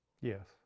Yes